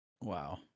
Wow